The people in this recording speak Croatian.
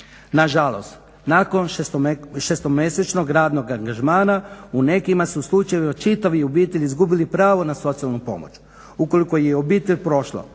Nažalost, nakon šestomjesečnog radnog angažmana u nekim su slučajevima čitave obitelji izgubili pravo na socijalnu pomoć. Ukoliko je obitelj prošla